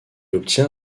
obtient